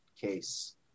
case